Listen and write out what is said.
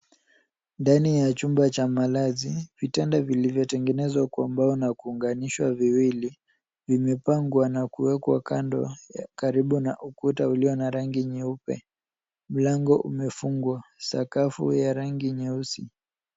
Ndani ya chumba cha malazi, vitanda vilivyotengenezwa kwa mbao na kuunganishwa viwili, vimepangwa na kuwekwa kando, karibu na ukuta ulio na rangi nyeupe. Mlango umefungwa, sakafu ya rangi nyeusi.